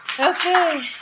Okay